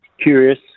curious